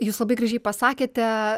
jūs labai gražiai pasakėte